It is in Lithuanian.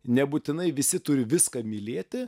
nebūtinai visi turi viską mylėti